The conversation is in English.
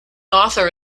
author